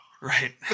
Right